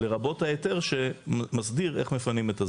לרבות ההיתר שמסדיר איך מפנים את הזבל.